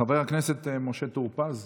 חבר הכנסת משה טור פז,